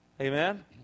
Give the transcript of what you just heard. Amen